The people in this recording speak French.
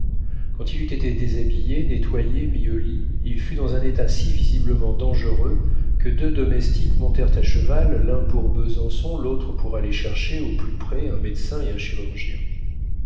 quand il eut été déshabillé nettoyé mis au lit il fut dans un état si visiblement dangereux que deux domestiques montèrent à cheval l'un pour besançon l'autre pour aller chercher au plus près un médecin et un chirurgien